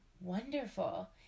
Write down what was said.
wonderful